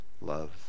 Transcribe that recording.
love